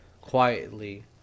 quietly